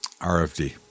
RFD